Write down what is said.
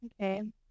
Okay